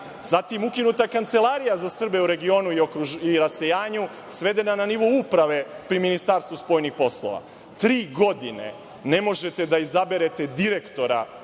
Zatim, ukinuta je kancelarija za Srbe u regionu i rasejanju, svedena na nivo uprave pri Ministarstvu spoljnih poslova. Tri godine ne možete da izaberete direktora